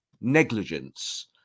negligence